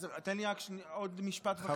אז תן לי רק עוד משפט וחצי.